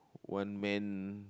one man